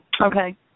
Okay